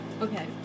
okay